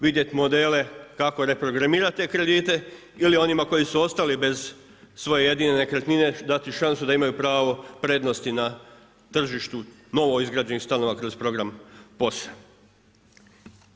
Vidjet modele kako reprogramirat te kredite ili onima koji su ostali bez svoje jedine nekretnine dati šansu da imaju pravo prednosti na tržištu novoizgrađenih stanova kroz program POS-a.